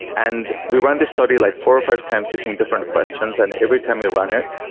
and we run this study like four or five times using different questions, and every time we run it,